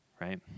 right